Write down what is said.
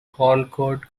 concord